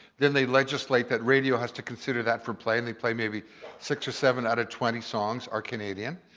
then they legislate that radio has to consider that for play and they play maybe six or seven out of twenty songs are canadian.